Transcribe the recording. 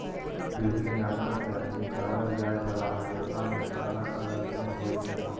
विभिन्न जानवर सं निकालल जाइ बला रेशा मे अलग अलग गुण होइ छै